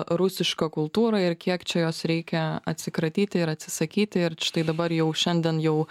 rusišką kultūrą ir kiek čia jos reikia atsikratyti ir atsisakyti ir štai dabar jau šiandien jau